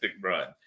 run